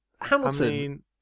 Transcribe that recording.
Hamilton